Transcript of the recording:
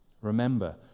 remember